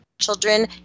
children